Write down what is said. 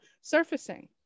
surfacing